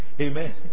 Amen